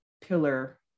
pillar